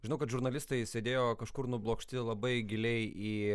žinau kad žurnalistai sėdėjo kažkur nublokšti labai giliai į